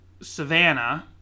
Savannah